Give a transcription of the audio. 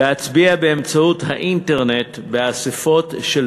להצביע באמצעות האינטרנט באספות של